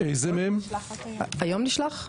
היום נשלח?